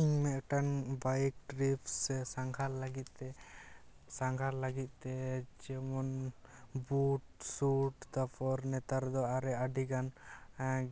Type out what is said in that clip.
ᱤᱧ ᱢᱤᱫᱴᱟᱱ bike trips ᱥᱮ ᱥᱟᱸᱜᱷᱟᱨ ᱞᱟᱹᱜᱤᱫ ᱛᱮ ᱥᱟᱸᱜᱷᱟᱨ ᱞᱟᱹᱜᱤᱫ ᱛᱮ ᱡᱮᱢᱚᱱ ᱵᱩᱴ ᱥᱩᱴ ᱛᱟᱨᱯᱚᱨ ᱱᱮᱛᱟᱨ ᱫᱚ ᱟᱨᱚ ᱟᱹᱰᱤᱜᱟᱱ